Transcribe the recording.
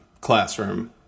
classroom